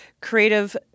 creative